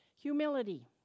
Humility